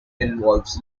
involved